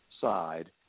side